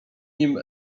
nim